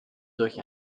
durch